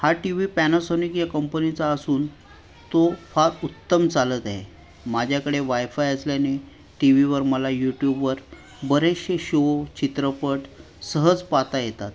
हा TV Panasonic या कंपनीचा असून तो फार उत्तम चालत आहे माझ्याकडे वायफाय असल्याने टी व्हीवर मला यूट्यूबवर बरेचसे शो चित्रपट सहज पाहता येतात